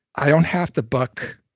i don't have to buck.